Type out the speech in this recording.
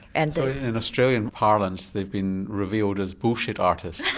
and in australian parlance they've been revealed as bullshit artists.